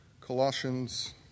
Colossians